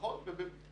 נכון.